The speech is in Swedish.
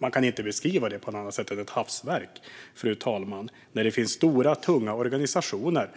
Man kan inte beskriva det som något annat än ett hafsverk när stora, tunga organisationer